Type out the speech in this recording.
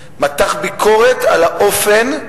מתח ביקורת על האופן,